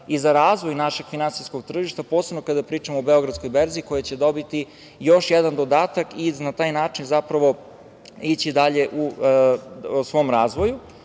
i za razvoj našeg finansijskog tržišta, posebno kada pričamo o Beogradskoj berzi, koja će dobiti još jedan dodatak i na taj način zapravo ići dalje u svom razvoju. Ono